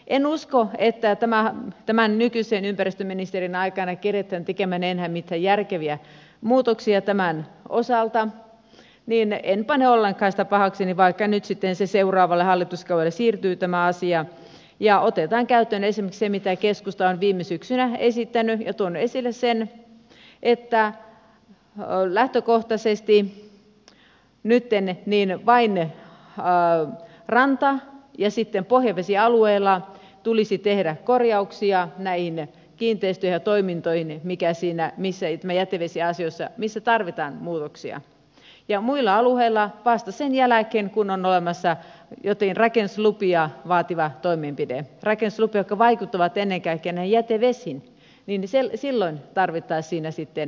en usko että tämän nykyisen ympäristöministerin aikana keretään tekemään enää mitään järkeviä muutoksia tämän osalta joten en pane ollenkaan sitä pahakseni vaikka nyt tämä asia seuraavalle hallituskaudelle siirtyy ja otetaan käyttöön esimerkiksi se mitä keskusta on viime syksynä esittänyt ja tuonut esille että nytten lähtökohtaisesti vain ranta ja pohjavesialueilla tulisi tehdä korjauksia näihin kiinteistöihin ja toimintoihin missä tässä jätevesiasioissa tarvitaan muutoksia ja muilla alueilla vasta sen jälkeen kun on olemassa joitain rakennuslupia vaativa toimenpide rakennuslupia jotka vaikuttavat ennen kaikkea näihin jätevesiin silloin tarvittaisiin siinä sitten lupa asioita